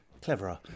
cleverer